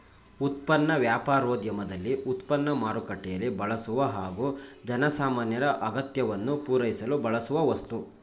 ಉತ್ಪನ್ನ ವ್ಯಾಪಾರೋದ್ಯಮದಲ್ಲಿ ಉತ್ಪನ್ನ ಮಾರುಕಟ್ಟೆಯಲ್ಲಿ ಬಳಸುವ ಹಾಗೂ ಜನಸಾಮಾನ್ಯರ ಅಗತ್ಯವನ್ನು ಪೂರೈಸಲು ಬಳಸುವ ವಸ್ತು